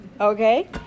okay